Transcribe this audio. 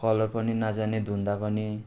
colour पनि नजाने धुँदा पनि